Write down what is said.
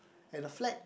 and a flag